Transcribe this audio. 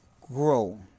grow